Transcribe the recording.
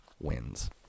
wins